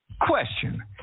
question